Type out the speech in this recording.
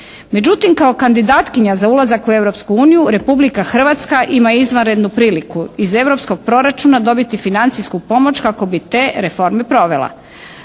Međutim kao kandidatkinja za ulazak u Europsku uniju Republika Hrvatska ima izvanrednu priliku iz europskog proračuna dobiti financijsku pomoć kako bi te reforme provela.